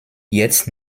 jetzt